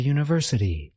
University